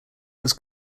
was